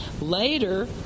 Later